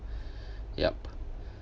yup